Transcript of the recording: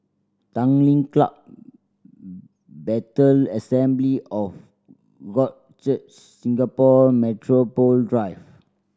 Tanglin Club Bethel Assembly of God Church Singapore Metropole Drive